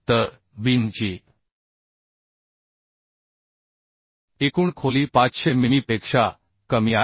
तर बीमची एकूण खोली 500 मिमीपेक्षा कमी आहे